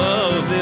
Love